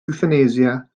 ewthanasia